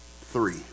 three